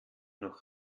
noch